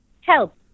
help